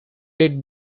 lit